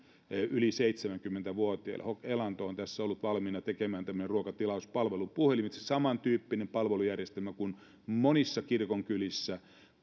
yli seitsemänkymmentä vuotiaille hok elanto on ollut valmiina tekemään ruokatilauspalvelun puhelimitse samantyyppisen palvelujärjestelmän kuin monissa kirkonkylissä